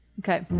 Okay